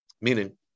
Meaning